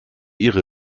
ihre